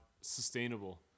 sustainable